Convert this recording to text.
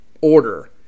order